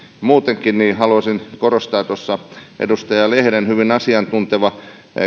muutenkin haluaisin korostaa tuota edustaja lehden hyvin asiantuntevaa